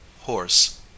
horse